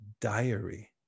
diary